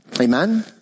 Amen